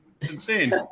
insane